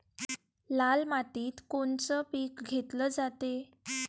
लाल मातीत कोनचं पीक घेतलं जाते?